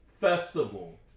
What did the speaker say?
Festival